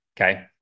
Okay